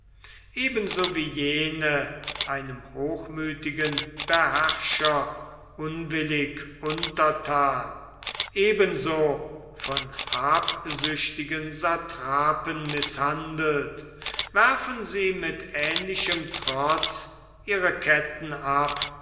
so wie jene einem hochmüthigen beherrscher unwillig unterthan eben so von habsüchtigen satrapen mißhandelt werfen sie mit ähnlichem trotz ihre ketten ab